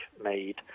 made